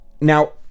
Now